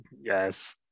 yes